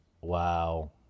Wow